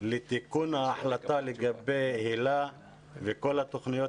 לתיקון ההחלטה לגבי היל"ה וכל התוכניות